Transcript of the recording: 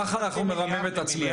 ככה אנחנו מרמים את עצמנו.